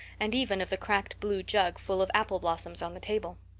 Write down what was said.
and even of the cracked blue jug full of apple blossoms on the table.